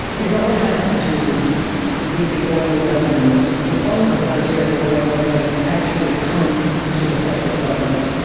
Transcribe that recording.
it all has to do with the oil revenues. the bulk of nigeria's oil revenues actually come to the federal government.